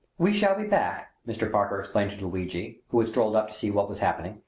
we shall be back, mr. parker explained to luigi, who had strolled up to see what was happening,